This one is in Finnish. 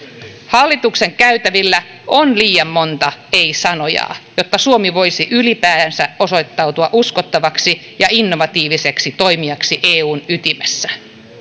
hallituksen käytävillä on liian monta ein sanojaa jotta suomi voisi ylipäänsä osoittautua uskottavaksi ja innovatiiviseksi toimijaksi eun ytimessä